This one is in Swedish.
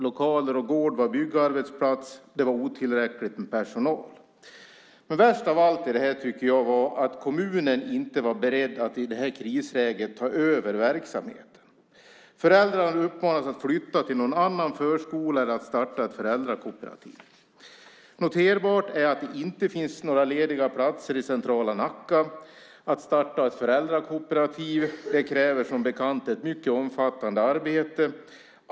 Lokaler och gård var byggarbetsplatser. Det var otillräckligt med personal. Men värst av allt tycker jag var att kommunen inte var beredd att i det här krisläget ta över verksamheten. Föräldrarna uppmanades att flytta barnen till någon annan förskola eller att starta ett föräldrakooperativ. Noterbart är att det inte finns några lediga platser i centrala Nacka. Att starta ett föräldrakooperativ kräver som bekant ett mycket omfattande arbete.